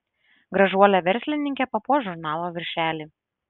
gražuolė verslininkė papuoš žurnalo viršelį